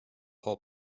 whole